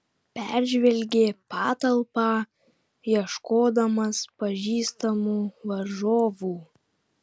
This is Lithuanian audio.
peržvelgė patalpą ieškodamas pažįstamų varžovų